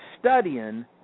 studying